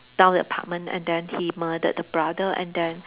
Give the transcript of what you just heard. down the apartment and then he murdered the brother and then